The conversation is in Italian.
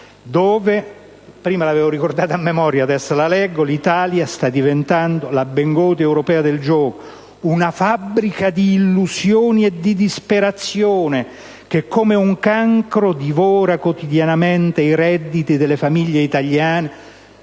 dove (prima l'avevo ricordato a memoria, e adesso leggo) «l'Italia sta diventando la Bengodi europea del gioco, una fabbrica di illusioni e di disperazione che, come un cancro, divora quotidianamente i redditi delle famiglie italiane,